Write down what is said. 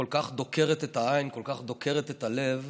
כל כך דוקרת את העין, כל כך דוקרת את הלב,